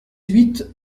huit